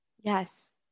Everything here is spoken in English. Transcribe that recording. Yes